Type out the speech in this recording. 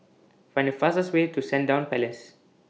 Find The fastest Way to Sandown Place